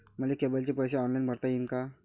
मले केबलचे पैसे ऑनलाईन भरता येईन का?